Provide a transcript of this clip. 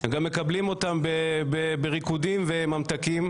גם מקבלים אותם בריקודים וממתקים.